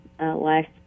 last